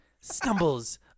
stumbles